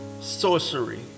sorcery